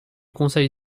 conseil